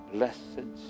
Blessed